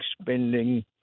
spending